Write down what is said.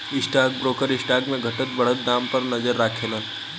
stock broker stock के घटत बढ़त दाम पर नजर राखेलन